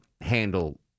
handle